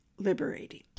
liberating